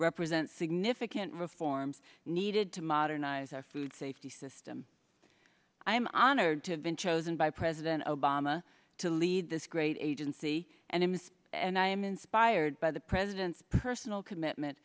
represent significant reforms needed to modernize our food safety system i am honored to have been chosen by president obama to lead this great agency and him and i am inspired by the president's personal commitment